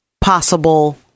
possible